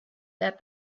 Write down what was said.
that